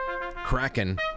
Kraken